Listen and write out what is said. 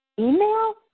email